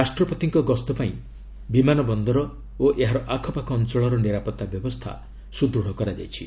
ରାଷ୍ଟ୍ରପତିଙ୍କ ଗସ୍ତ ପାଇଁ ବିମାନ ବନ୍ଦର ଓ ଏହାର ଆଖପାଖ ଅଞ୍ଚଳର ନିରାପତ୍ତା ବ୍ୟବସ୍ଥା ସୁଦୃଢ଼ କରାଯାଇଛି